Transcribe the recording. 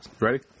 Ready